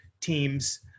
teams